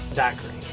daiquiri.